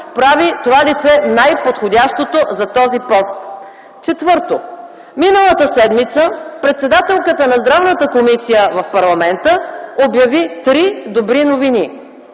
прави това лице най-подходящото за този пост. Четвърто, миналата седмица председателката на Здравната комисия в парламента обяви три добри новини